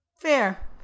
Fair